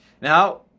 now